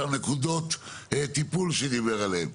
אותן נקודות טיפול שדיבר עליהם.